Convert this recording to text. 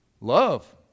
Love